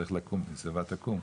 צריך לקום, לשיבה תקום',